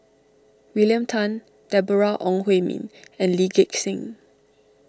William Tan Deborah Ong Hui Min and Lee Gek Seng